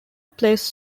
placed